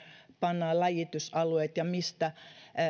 pannaan läjitysalueet ja